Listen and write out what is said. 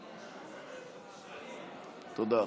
תודה.